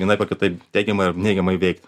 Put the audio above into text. vienaip ar kitaip teigiamai ar neigiamai veikti